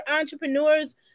entrepreneurs